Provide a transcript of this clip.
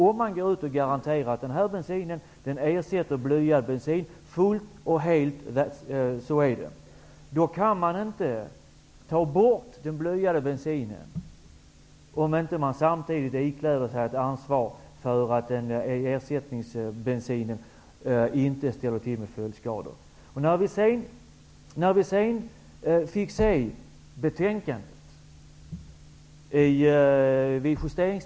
Om det garanteras att en viss bensin fullt ut ersätter blyad bensin, kan man inte ta bort den blyade bensinen utan att samtidigt ikläda sig ett ansvar för att ersättningsbensinen inte får skadliga följder. När vi så vid justeringstillfället läste betänkandet upptäckte vi emellertid att den aktuella meningen var borttagen.